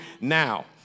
now